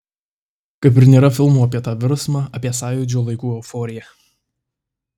kaip ir nėra filmo apie tą virsmą apie sąjūdžio laikų euforiją